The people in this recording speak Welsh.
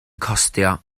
costio